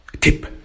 tip